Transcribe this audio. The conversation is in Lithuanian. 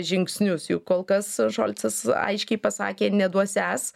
žingsnius juk kol kas šolcas aiškiai pasakė neduosiąs